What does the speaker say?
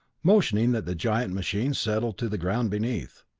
motioning that the giant machine settle to the ground beneath.